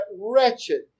wretched